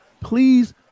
please